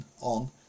on